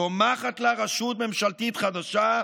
צומחת לה רשות ממשלתית חדשה,